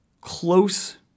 close